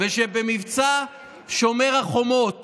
וכשבמבצע שומר החומות